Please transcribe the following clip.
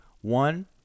One